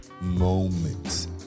moments